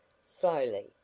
slowly